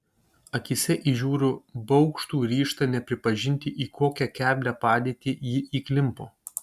akyse įžiūriu baugštų ryžtą nepripažinti į kokią keblią padėtį ji įklimpo